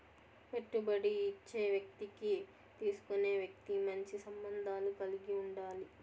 పెట్టుబడి ఇచ్చే వ్యక్తికి తీసుకునే వ్యక్తి మంచి సంబంధాలు కలిగి ఉండాలి